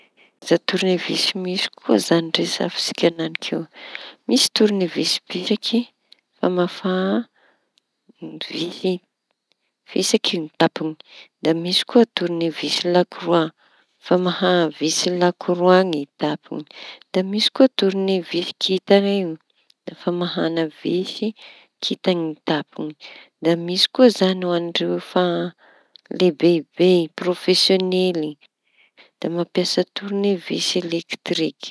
Ny karaza tornevisy misy koa zañy resafintsika eñanik'io. Misy tornevisy fisaky famafa- visy fisaky tampoñy, tornevisy lakora famaha visy lakora ny tampoñy da misy tornevisy kinta reñy da famaha visy kintañy ny tampoñy. Da misy koa zañy hoan'ireo efa lehibehibe prôfesiônely iñy da mampiasa tornevisy lektriky.